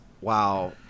Wow